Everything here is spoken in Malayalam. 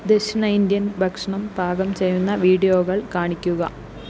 ദക്ഷിണ ഇന്ത്യൻ ഭക്ഷണം പാകം ചെയ്യുന്ന വീഡിയോകൾ കാണിക്കുക